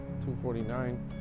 249